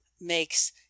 makes